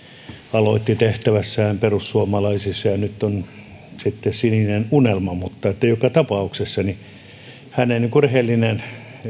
aloitti tehtävässään perussuomalaisissa ja on nyt sitten sininen unelma mutta joka tapauksessa hänen rehellinen